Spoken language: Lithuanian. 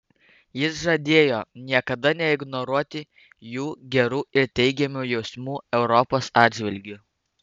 jis žadėjo niekada neignoruoti jų gerų ir teigiamų jausmų europos atžvilgiu